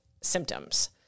symptoms